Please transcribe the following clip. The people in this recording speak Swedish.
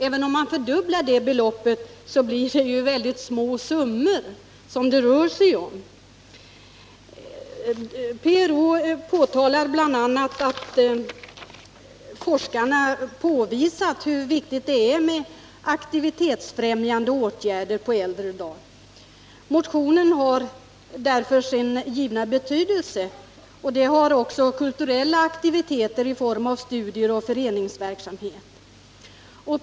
Även om det beloppet fördubblas så rör det sig om obetydliga summor. PRO påtalar bl.a. att forskare har påvisat hur viktigt det är med aktivitetsfrämjande åtgärder på äldre dagar. Motion har sin givna betydelse, och det har också kulturella aktiviteter i form av studier och föreningsverksamhet.